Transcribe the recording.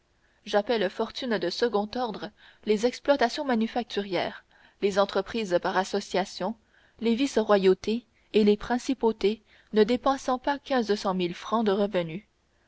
j'appelle fortune de second ordre les exploitations manufacturières les entreprises par association les vice royautés et les principautés ne dépassant pas quinze cent mille francs de revenu